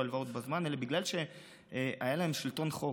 הלוואות בזמן אלא בגלל שהיה להם שלטון חוק.